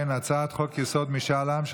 67) (הודעה על סיום הטבה בנקאית),